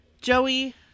Joey